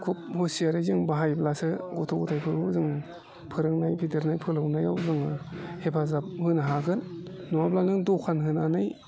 खुब हुसियारै जों बाहायब्लासो गथ' गथायफोरखौ जों फोरोंनाय फेदेरनाय फोलावनायाव जोङो हेफाजाब होनो हागोन नङाब्ला नों दखान होनानै